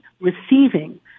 receiving